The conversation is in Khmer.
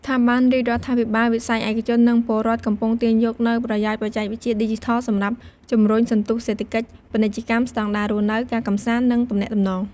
ស្ថាប័នរាជរដ្ឋាភិបាល វិស័យឯកជន និងពលរដ្ឋ កំពុងទាញយកនូវប្រយោជន៍បច្ចេកវិទ្យាឌីជីថល សម្រាប់ជម្រុញ សន្ទុះសេដ្ឋកិច្ច ពាណិជ្ជកម្ម ស្តង់ដាររស់នៅ ការកំសាន្ត និងទំនាក់ទំនង។